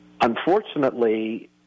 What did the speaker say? unfortunately